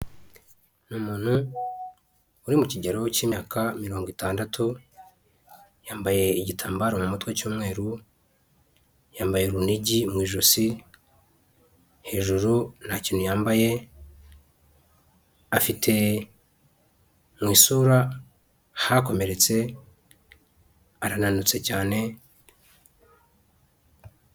Ni umuntu uri mu kigero cy'imyaka mirongo itandatu yambaye igitambaro mu mutwe cy'umweru, yambaye urunigi mu ijosi, hejuru nta kintu yambaye, afite mu isura hakomeretse, arananutse cyane.